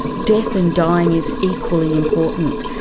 death and dying is equally important.